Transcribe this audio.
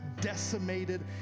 decimated